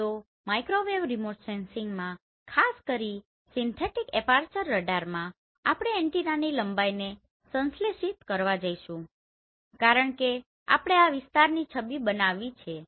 તો microwave remote સેન્સિંગમાં ખાસ કરીને સિન્થેટીક એપાર્ચર રડારમાં આપણે એન્ટેનાની લંબાઈને સંશ્લેષિત કરવા જઈશુ કારણ કે આપણે આ વિસ્તારની છબી બનાવવી છે